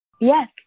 Yes